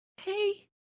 hey